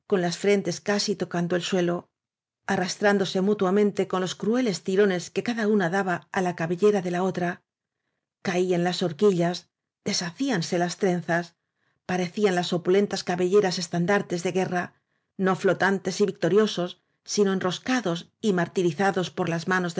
las frentes casi tocando el suelo arrastrándose mutuamente con los crueles tirones que cada una daba á la cabellera de la otra caían las horquillas deshacíanse las trenzas parecían las opulentas cabelleras estandartes de guerra no flotantes y victoriosos sino enrroscados y martirizados por las manos